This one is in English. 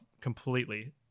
completely